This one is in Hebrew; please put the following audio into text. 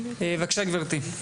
בבקשה גברתי.